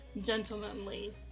gentlemanly